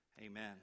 amen